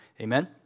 Amen